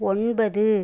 ஒன்பது